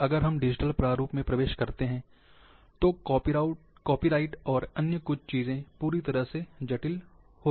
पर अगर हम डिजिटल प्रारूप में प्रवेश करते हैं तो कॉपीराइट और अन्य कुछ चीजें पूरी तरह से जटिल हो जाती हैं